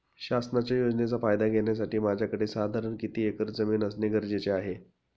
शासनाच्या योजनेचा फायदा घेण्यासाठी माझ्याकडे साधारण किती एकर जमीन असणे गरजेचे आहे?